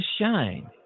shine